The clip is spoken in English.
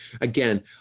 Again